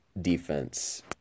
defense